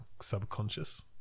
subconscious